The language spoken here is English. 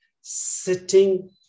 sitting